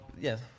Yes